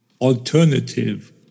alternative